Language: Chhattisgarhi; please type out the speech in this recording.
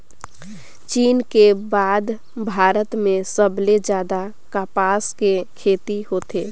चीन के बाद भारत में सबले जादा कपसा के खेती होथे